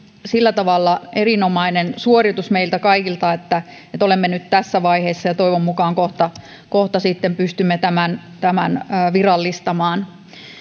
sillä tavalla myös erinomainen suoritus meiltä kaikilta että olemme nyt tässä vaiheessa ja toivon mukaan kohta kohta sitten pystymme tämän tämän virallistamaan